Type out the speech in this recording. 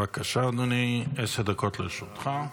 בבקשה, אדוני, עשר דקות לרשותך.